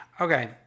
Okay